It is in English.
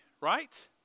right